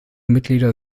mitglieder